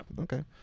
Okay